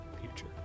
future